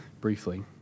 briefly